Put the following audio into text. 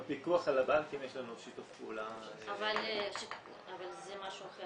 עם הפיקוח על הבנקים יש לנו שיתוף פעולה --- אבל זה משהו אחר,